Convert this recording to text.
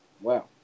Wow